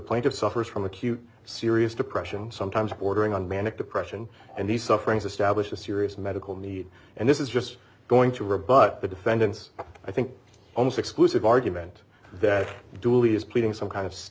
point of suffers from acute serious depression sometimes bordering on manic depression and the sufferings of stablish a serious medical need and this is just going to rebut the defendant's i think almost exclusive argument that dooley is pleading some kind of